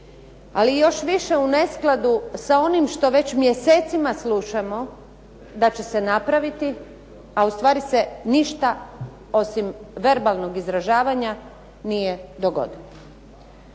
ali još više u neskladu sa onim što već mjesecima slušamo da će se napraviti, a ustvari se ništa osim verbalnog izražavanja nije dogodilo.